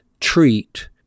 treat